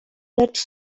lecz